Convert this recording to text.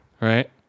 Right